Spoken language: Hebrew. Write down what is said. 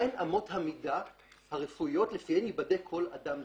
מהן אמות המידה הרפואיות לפיהן ייבדק כל אדם לגופו.